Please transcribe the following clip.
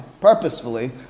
purposefully